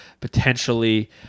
potentially